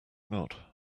not